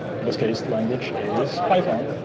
in this case, language is python,